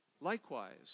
Likewise